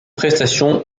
prestation